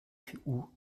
cpu